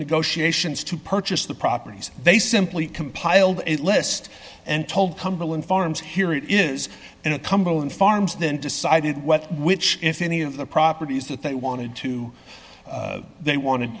negotiations to purchase the properties they simply compiled a list and told cumberland farms here it is and the cumberland farms then decided what which if any of the properties that they wanted to they wanted